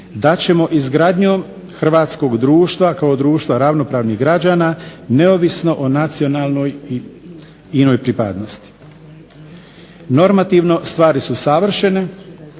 da ćemo izgradnjom hrvatskog društva kao društva ravnopravnih građana neovisno o nacionalnoj i inoj pripadnosti. Normativno stvari su savršene,